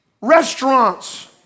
restaurants